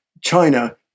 China